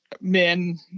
men